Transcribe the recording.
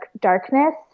darkness